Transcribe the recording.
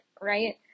right